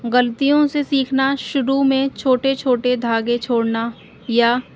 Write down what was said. غلطیوں سے سیکھنا شروع میں چھوٹے چھوٹے دھاگے چھوڑنا یا